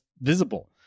visible